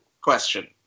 question